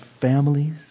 families